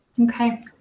Okay